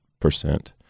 percent